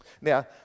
Now